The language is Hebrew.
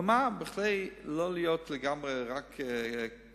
אבל, כדי שלא להיות רק קטיגור.